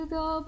go